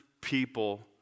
people